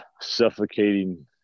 suffocating